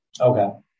Okay